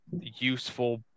useful